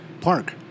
park